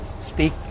speak